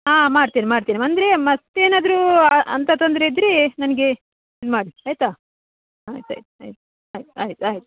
ಹಾಂ ಮಾಡ್ತಿನಿ ಮಾಡ್ತೇನೆ ಅಂದರೆ ಮತ್ತೇನಾದರು ಅಂಥ ತೊಂದರೆ ಇದ್ದರೆ ನನಗೆ ಇದುಮಾಡಿ ಆಯ್ತ ಆಯ್ತು ಆಯ್ತು ಆಯ್ತು ಆಯ್ತು ಆಯ್ತು ಆಯ್ತು